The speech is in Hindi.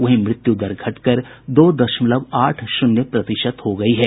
वहीं मृत्यु दर घटकर दो दशमलव आठ शून्य प्रतिशत हो गई है